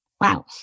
wow